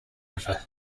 river